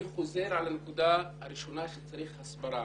אני חוזר לנקודה הראשונה ואומר שצריך הסברה.